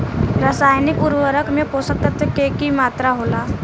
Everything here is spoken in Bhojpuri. रसायनिक उर्वरक में पोषक तत्व के की मात्रा होला?